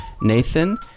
Nathan